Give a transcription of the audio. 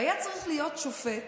והיה צריך להיות שופט